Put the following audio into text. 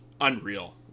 unreal